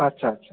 अच्छा अच्छा